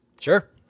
Sure